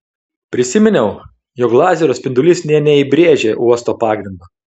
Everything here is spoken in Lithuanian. prisiminiau jog lazerio spindulys nė neįbrėžė uosto pagrindo